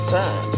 time